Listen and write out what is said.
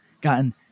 gotten